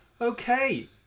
okay